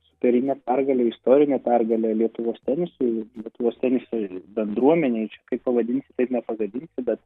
superinė pergalė istorinė pergalė lietuvos tenisui lietuvos teniso bendruomenei kaip pavadinsi taip nepagadinsi bet